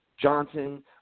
Johnson